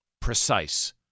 precise